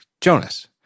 Jonas